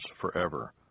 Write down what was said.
forever